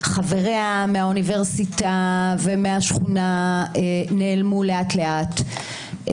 חבריה מהאוניברסיטה ומהשכונה נעלמו לאט-לאט,